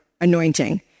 anointing